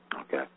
okay